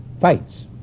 fights